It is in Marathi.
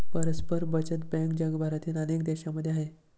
परस्पर बचत बँक जगभरातील अनेक देशांमध्ये आहे